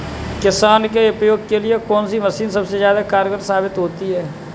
किसान के उपयोग के लिए कौन सी मशीन सबसे ज्यादा कारगर साबित होती है?